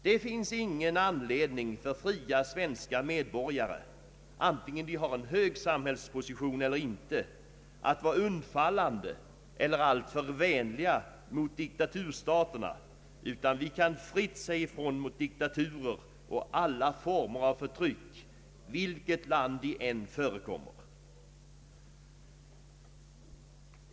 Det finns ingen anledning för fria svenska medborgare, antingen de har en hög samhällsposition eller inte, att vara undfallande eller alltför vänliga mot diktaturstaterna, utan vi kan fritt säga ifrån mot diktatur och alla former av förtryck, i vilket land de än förekommer.